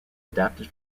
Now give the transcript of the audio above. adapted